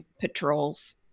patrols